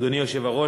אדוני היושב-ראש,